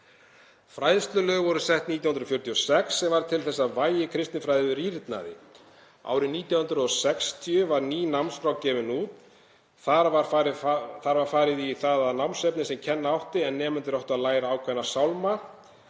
Fræðslulög voru sett árið 1946 sem varð til þess að vægi kristinfræðslu rýrnaði. Árið 1960 var ný námskrá gefin út. Þar var nánar farið í það námsefni sem kenna átti en nemendur áttu að læra ákveðna sálma,